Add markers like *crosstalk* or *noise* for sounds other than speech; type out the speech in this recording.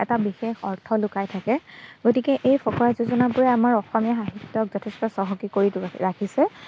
এটা বিশেষ অৰ্থ লুকাই থাকে গতিকে এই ফকৰা যোজনাবোৰে আমাৰ অসমীয়া সাহিত্যক যথেষ্ট চহকী কৰি *unintelligible* ৰাখিছে